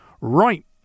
right